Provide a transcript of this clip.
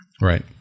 right